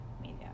media